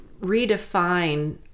redefine